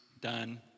done